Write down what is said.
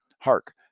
Hark